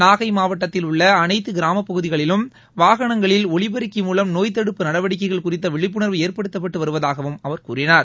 நாகை மாவட்டத்தில் உள்ள அனைத்து கிராமப்பகுதிகளிலும் வாகனங்களில் ஒலிப்பெருக்கி மூலம் நோய்த்தடுப்பு நடவடிக்கைகள் குறித்த விழிப்புணர்வு ஏற்படுத்தப்பட்டு வருவதாகவும் அவர் கூறினார்